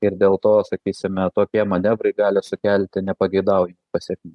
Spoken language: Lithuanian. ir dėl to sakysime tokie manevrai gali sukelti nepageidauja pasekmių